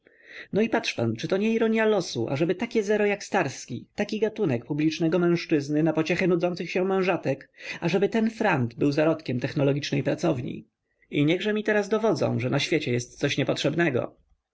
no i patrz pan czyto nie ironia losu ażeby takie zero jak starski taki gatunek publicznego mężczyzny na pociechę nudzących się mężatek ażeby ten frant był zarodkiem technologicznej pracowni i niechże mi teraz dowodzą że na świecie jest coś niepotrzebnego